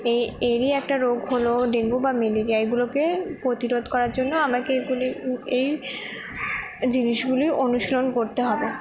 এই এরই একটা রোগ হল ডেঙ্গু বা ম্যালেরিয়া এগুলোকে প্রতিরোধ করার জন্য আমাকে এইগুলি এই জিনিসগুলি অনুসরণ করতে হবে